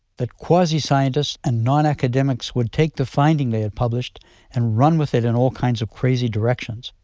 that quasi-scientists and non-academics would take the finding they had published and run with it in all kinds of crazy directions.